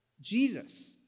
Jesus